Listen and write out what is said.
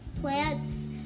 plants